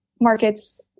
markets